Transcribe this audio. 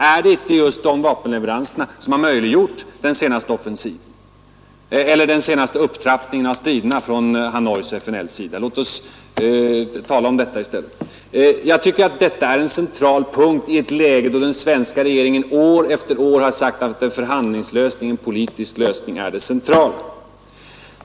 Är det inte just dessa som har möjliggjort den senaste upptrappningen av striderna från Hanois och FNL:s sida? Jag tycker att detta är en central punkt i ett läge då den svenska regeringen år efter år har sagt att en förhandlingslösning, en politisk lösning, är det centrala för att lösa konflikten.